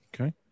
Okay